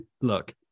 look